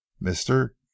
Mister